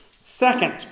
Second